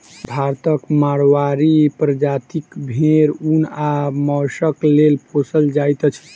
भारतक माड़वाड़ी प्रजातिक भेंड़ ऊन आ मौंसक लेल पोसल जाइत अछि